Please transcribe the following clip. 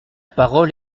parole